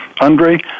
Andre